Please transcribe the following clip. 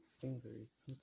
fingers